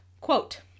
Quote